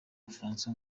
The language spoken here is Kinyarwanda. bufaransa